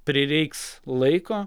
prireiks laiko